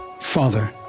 Father